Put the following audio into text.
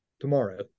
tomorrow